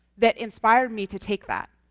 that inspired me to take that,